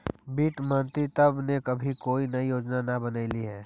वित्त मंत्रित्व ने अभी कोई नई योजना न बनलई हे